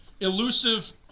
elusive